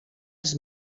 als